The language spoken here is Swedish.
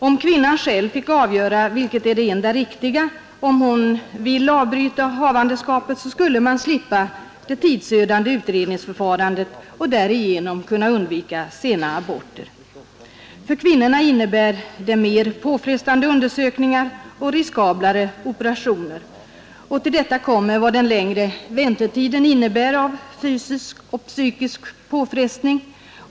Om — vilket är det enda riktiga — kvinnan själv fick avgöra om hon vill avbryta havandeskapet, så skulle man slippa det tidsödande utredningsförfarandet och därigenom undvika sena aborter, vilka för kvinnorna innebär mer påfrestande undersökningar och riskablare operationer. Härtill kommer också vad den längre väntetiden innebär av fysisk och psykisk påfrestning.